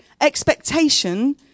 expectation